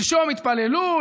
שלשום התפללו,